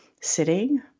sitting